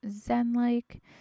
zen-like